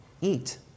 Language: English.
eat